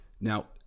Now